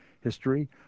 history